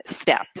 step